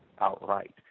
outright